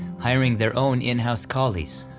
hiring their own in-house collies.